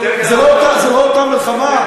זו לא אותה מלחמה?